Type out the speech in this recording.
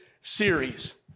series